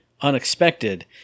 unexpected